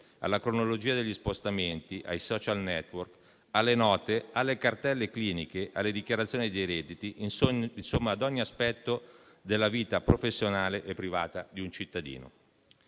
alla cronologia degli spostamenti, ai *social network*, alle note, alle cartelle cliniche e alle dichiarazioni dei redditi, insomma, ad ogni aspetto della vita professionale e privata di un cittadino.